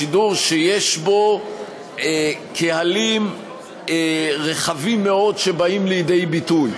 שידור שיש בו קהלים רחבים מאוד שבאים לידי ביטוי.